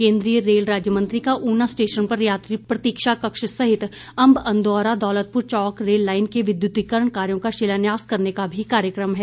केन्द्रीय रेल राज्य मंत्री का ऊना स्टेशन पर यात्री प्रतीक्षा कक्ष सहित अंब अंदौरा दौलतपुर चौक रेल लाईन के विद्युतीकरण कार्यो का शिलान्यास करने का भी कार्यक्रम है